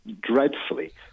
dreadfully